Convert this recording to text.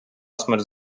смерть